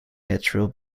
natural